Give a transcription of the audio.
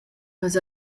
eis